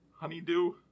Honeydew